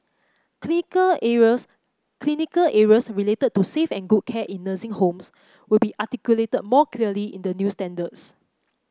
clinical areas clinical areas related to safe and good care in nursing homes will be articulated more clearly in the new standards